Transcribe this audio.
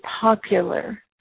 popular